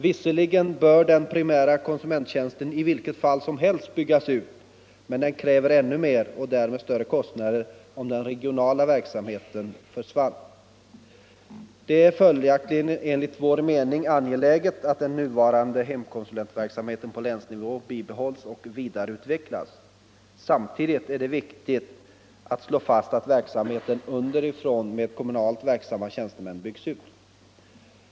Visserligen bör den primära konsumenttjänsten i vilket fall som helst byggas ut, men den kräver ännu mer och därmed större kostnader om den regionala verksamheten försvinner. Det är följaktligen enligt vår mening angeläget att den nuvarande hemkonsulentverksamheten på länsnivå bibehålls och vidareutvecklas. Samtidigt är det viktigt att slå fast att verksamheten underifrån med kommunalt verksamma tjänstemän byggs ut.